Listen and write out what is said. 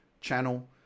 channel